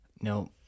no